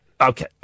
Okay